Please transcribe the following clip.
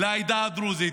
לעדה הדרוזית,